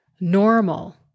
Normal